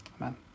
Amen